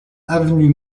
avenue